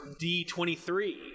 D23